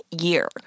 year